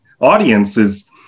audiences